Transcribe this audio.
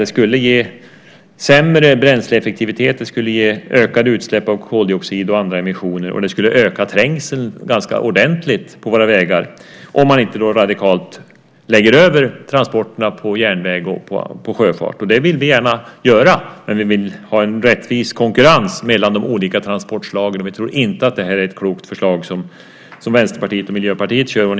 Det skulle ge sämre bränsleeffektivitet och ökade utsläpp av koldioxid och andra emissioner, och det skulle öka trängseln på våra vägar ganska ordentligt om man inte radikalt lägger över transporterna på järnväg och sjöfart. Det vill vi gärna göra, men vi vill ha en rättvis konkurrens mellan de olika transportslagen. Vi tror inte att det här är ett klokt förslag som Vänsterpartiet och Miljöpartiet har lagt fram.